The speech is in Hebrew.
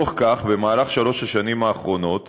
בתוך כך, בשלוש השנים האחרונות